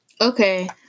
Okay